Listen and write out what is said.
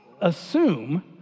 assume